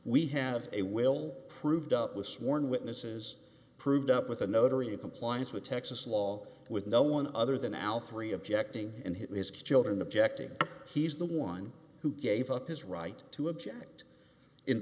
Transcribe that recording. we have a will proved up with sworn witnesses proved up with a notary compliance with texas law with no one other than al three objecting and his children objecting he's the one who gave up his right to object in